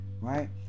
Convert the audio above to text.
right